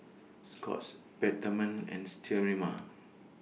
Scott's Peptamen and Sterimar